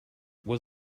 was